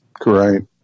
Correct